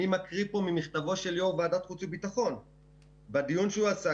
אני מקריא ממכתבו של יו"ר ועדת החוץ והביטחון בעקבות הדיון שהוא קיים.